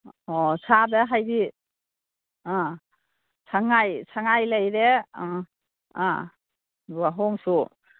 ꯑꯣ ꯁꯥꯗ ꯍꯥꯏꯗꯤ ꯑꯥ ꯁꯉꯥꯏ ꯁꯉꯥꯏ ꯂꯩꯔꯦ ꯑꯥ ꯑꯥ ꯋꯥꯍꯣꯡꯁꯨ